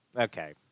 Okay